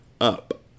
up